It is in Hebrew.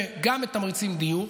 וגם מתמרצים דיור.